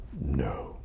No